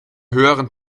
höheren